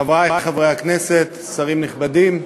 חברי חברי הכנסת, שרים נכבדים,